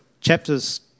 chapter's